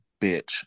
bitch